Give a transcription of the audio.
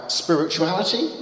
spirituality